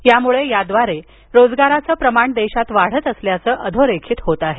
त्यामुळे याद्वारे रोजगाराचं प्रमाण देशात वाढत असल्याचं अधोरेखित होत आहे